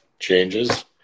changes